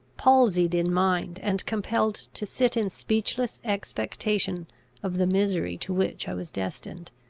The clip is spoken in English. palsied in mind, and compelled to sit in speechless expectation of the misery to which i was destined.